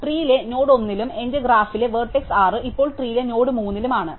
tree ലെ node 1 ലും എന്റെ ഗ്രാഫിലെ വെർട്ടെക്സ് 6 ഇപ്പോൾ ട്രീ ലെ നോഡ് 3 ലും ആണ്